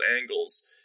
angles